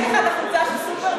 יש לך חולצה של סופרמן?